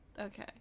Okay